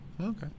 Okay